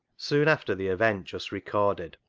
soon after the event just recorded,